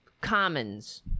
commons